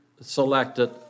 selected